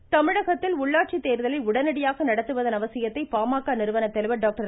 ராமதாஸ் தமிழகத்தில் உள்ளாட்சி தேர்தலை உடனடியாக நடத்துவதன் அவசியத்தை பாமக நிறுவனத்தலைவர் டாக்டர்